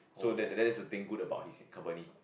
so that that that's the thing good about his company